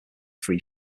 free